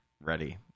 ready